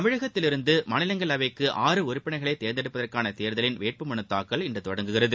தமிழகத்திலிருந்து மாநிலங்களவைக்கு ஆறு உறுப்பினர்களை தேர்ந்தெடுப்பதற்கான தேர்தலின் வேட்பு மனு தாக்கல் இன்று தொடங்குகிறது